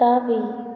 தாவி